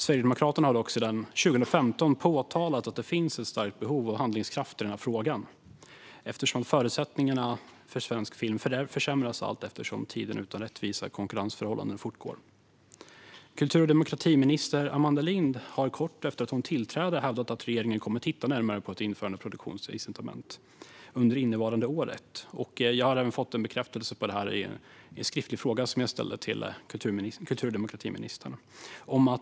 Sverigedemokraterna har dock sedan 2015 påtalat att det finns ett starkt behov av handlingskraft i frågan eftersom förutsättningarna för svensk film försämras allteftersom tiden utan rättvisa konkurrensförhållanden fortgår. Kultur och demokratiminister Amanda Lind har kort efter att hon tillträdde hävdat att regeringen kommer att titta närmare på produktionsincitament under det innevarande året. Jag har även fått en bekräftelse på det i svaret på en skriftlig fråga som jag ställde till kultur och demokratiministern.